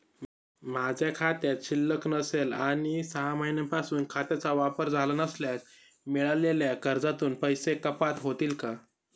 माझ्या खात्यात शिल्लक नसेल आणि सहा महिन्यांपासून खात्याचा वापर झाला नसल्यास मिळालेल्या कर्जातून पैसे कपात होतील का?